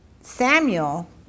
Samuel